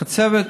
החצבת